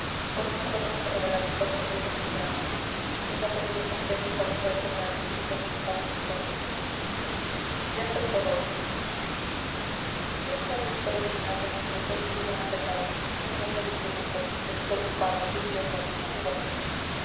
pues no sólo tengo que revelar a vd secretos muy graves sino pedirle consejo y parecer sobre algún punto delicado de mi conciencia ya soy todo oídos bien sabe vd venerable amigo que he sido gran pecador un hombre disoluto despreocupado vicioso un libertino